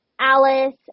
Alice